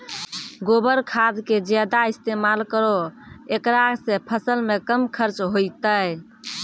गोबर खाद के ज्यादा इस्तेमाल करौ ऐकरा से फसल मे कम खर्च होईतै?